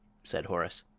said horace.